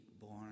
born